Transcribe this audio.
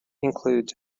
include